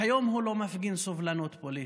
והיום הוא לא מפגין סובלנות פוליטית.